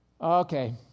okay